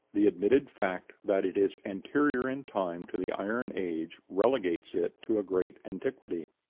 the admitted fact that it is anterior in time to the iron age relegates it to a great antiquity.